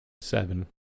Seven